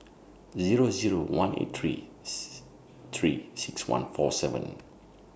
Zero Zero one eight three three six one four seven